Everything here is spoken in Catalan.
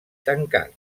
tancat